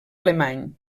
alemany